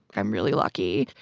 i'm really lucky.